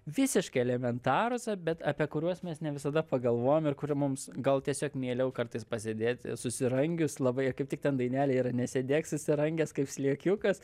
visiškai elementarūs a bet apie kuriuos mes ne visada pagalvojam ir kurių mums gal tiesiog mieliau kartais pasėdėti susirangius labai kaip tik ten dainelė yra nesėdėk susirangęs kaip sliekiukas